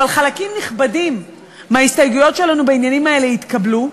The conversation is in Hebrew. אבל חלקים נכבדים מההסתייגויות שלנו בעניינים האלה התקבלו,